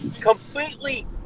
completely